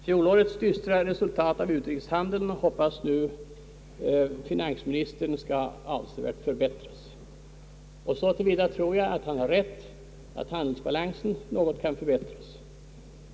Fjolårets dystra resultat av utrikeshandeln skall avsevärt förbättras hoppas finansministern, Så till vida tror jag att han har rätt att handelsbalansen kan något förbättras.